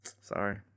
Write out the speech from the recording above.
Sorry